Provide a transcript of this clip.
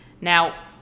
Now